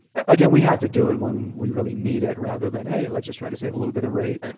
again, we have to do it when we really need it, rather than, hey, let's just try to save a little bit of rate.